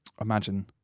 imagine